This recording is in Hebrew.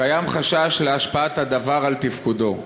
קיים חשש להשפעת הדבר על תפקודו.